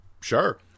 Sure